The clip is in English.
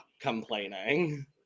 complaining